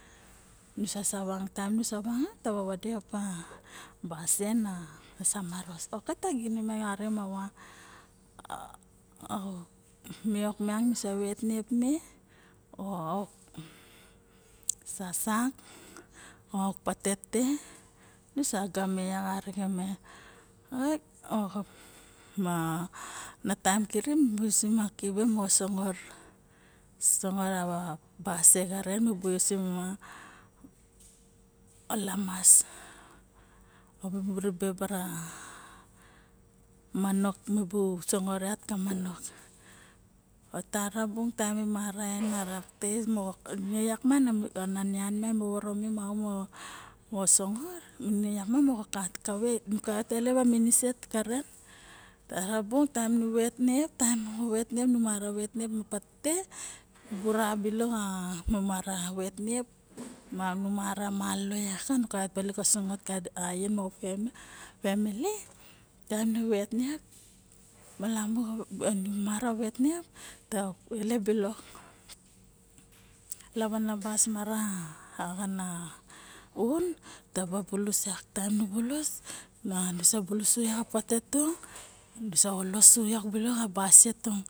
Nusa savang taem nu savang taba wadepa basie nasa maros ma nu sa ginime arixen ma miok miang nusa vet niep me o sasako patete nusa game arixen me mana taem kirip nu usim a kive mo nubu sangot basie laren nubu usini ba lamas opa diburibe ma lamas manok mibu sangot yat ma manok a tara bung mi bung maka en a tara bung mibu mara en a tast moxo nian moang mi vovoro me hao moxo sangot ne yak ma nian mi kaiot ka elep miniset karen arabung taem nu wet niep nu mara vet niep ma patete bibu ra balok a mu maka vet niep manu mara malolo nu kaiot ka sosongot taem nu vet niep ta elep balok kavanabas mara vaxana aun taba bulus yak taem nu bulus nusa bulus su yak a pate e nusa olosu a basie tung.